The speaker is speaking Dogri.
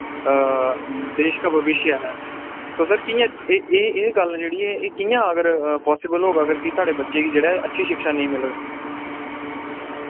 देश का भविष्य है ते सर कि'यां एह् एह् एह् गल्ल जेह्ड़ी ऐ एह् कियां पासिबल होग कि अगर साढ़े बच्चे गी जेह्ड़ा ऐ अच्छी शिक्षा नेईं मिलग